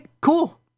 cool